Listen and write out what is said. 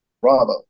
Bravo